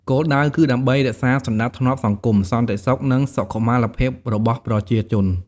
គោលដៅគឺដើម្បីរក្សាសណ្ដាប់ធ្នាប់សង្គម សន្តិសុខ និងសុខុមាលភាពរបស់ប្រជាជន។